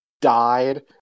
died